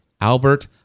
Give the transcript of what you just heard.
Albert